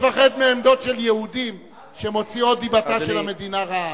אני מפחד מעמדות של יהודים שמוציאות את דיבתה של המדינה רעה.